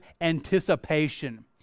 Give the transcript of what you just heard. anticipation